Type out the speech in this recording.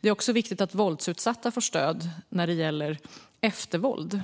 Det är också viktigt att våldsutsatta får stöd när det gäller eftervåld.